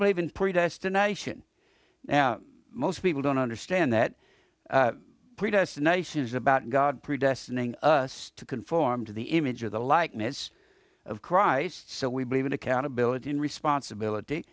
believe in predestination now most people don't understand that predestination is about god predestined in us to conform to the image of the likeness of christ so we believe in accountability and responsibility